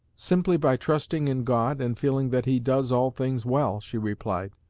simply by trusting in god, and feeling that he does all things well she replied.